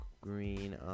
Green